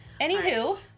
Anywho